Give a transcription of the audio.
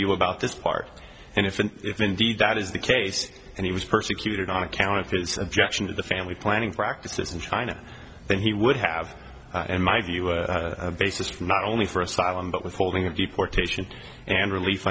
you about this part and if and if indeed that is the case and he was persecuted on account of his objection to the family planning practices in china then he would have in my view a basis for not only for asylum but withholding of deportation and relief